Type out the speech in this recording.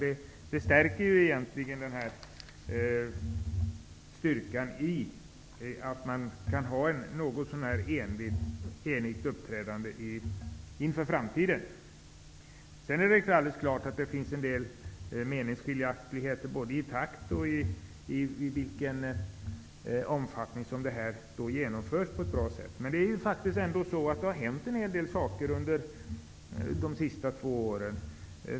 Det är en styrka att man kan ha ett någotsånär enigt uppträdande inför framtiden. Sedan är det helt klart att det finns en del meningsskiljaktigheter när det gäller i vilken takt och omfattning åtgärderna bäst skall genomföras. Det har ändock hänt en hel del saker under de senaste två åren.